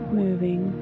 moving